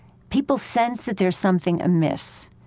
people sense that there's something amiss.